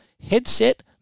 Headset